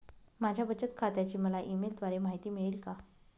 माझ्या बचत खात्याची मला ई मेलद्वारे माहिती मिळेल का?